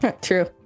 True